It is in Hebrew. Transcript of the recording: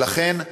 ולכן,